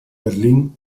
berlín